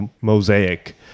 mosaic